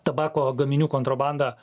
tabako gaminių kontrabanda